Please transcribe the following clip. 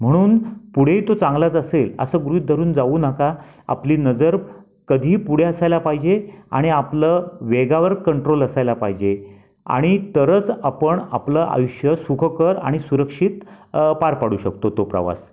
म्हणून पुढेही तो चांगलाच असेल असं गृहित धरून जाऊ नका आपली नजर कधीही पुढे असायला पाहिजे आणि आपलं वेगावर कंट्रोल असायला पाहिजे आणि तरच आपण आपलं आयुष्य सुखकर आणि सुरक्षित पार पाडू शकतो तो प्रवास